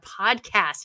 podcast